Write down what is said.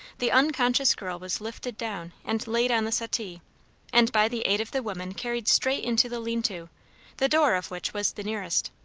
the unconscious girl was lifted down and laid on the settee and by the aid of the women carried straight into the lean-to, the door of which was the nearest.